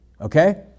Okay